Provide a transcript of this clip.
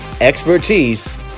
expertise